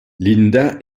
linda